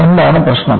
എന്താണ് പ്രശ്നം